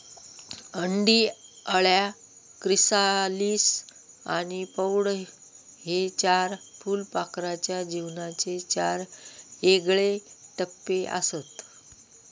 अंडी, अळ्या, क्रिसालिस आणि प्रौढ हे चार फुलपाखराच्या जीवनाचे चार येगळे टप्पेआसत